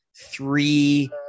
three